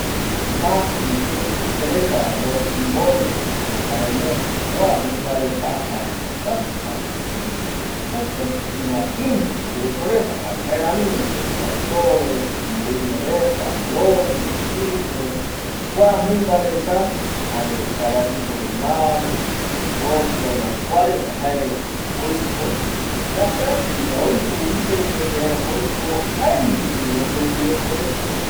Masi jei supe retava los gibones jei supe karai ñepe kua mimba reta jae täta mopetiva ndieño yoguireko reta jare jaeramiñovi los castores, pingüino reta, lobo, cisne kua mimba reta jare kaballito del mar tortola kua reta jae oiko mopetiva oipi iyeipe yave oiko jaendie oyoguƗreko reta